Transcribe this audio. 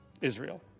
Israel